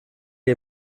est